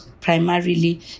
primarily